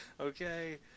Okay